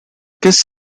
kiss